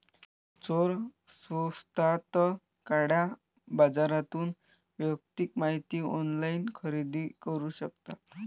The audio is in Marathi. चोर स्वस्तात काळ्या बाजारातून वैयक्तिक माहिती ऑनलाइन खरेदी करू शकतात